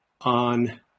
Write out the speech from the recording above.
on